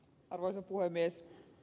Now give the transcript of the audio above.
arvoisa puhemies